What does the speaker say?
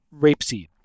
rapeseed